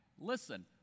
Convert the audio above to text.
Listen